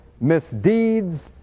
misdeeds